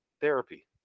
therapy